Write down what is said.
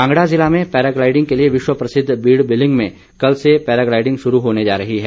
कांगड़ा जिला में पैराग्लाईडिंग के लिए विश्व प्रसिद्ध बीड़ बिलिंग में कल से पैराग्लाईडिंग शुरू होने जा रही है